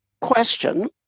question